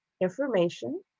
information